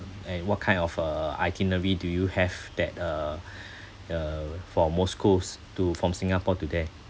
and what kind of uh itinerary do you have that uh uh for moscow's to from singapore to there